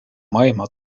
maailma